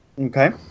Okay